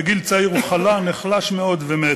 בגיל צעיר הוא חלה, נחלש מאוד ומת.